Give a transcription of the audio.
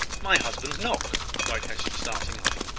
my husband's knock! cried hester, starting up.